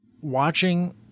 watching